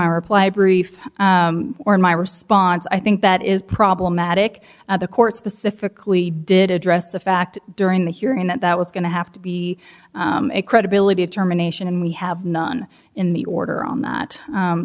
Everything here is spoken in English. my reply brief or my response i think that is problematic the court specifically did address the fact during the hearing that that was going to have to be a credibility of germination and we have none in the order on that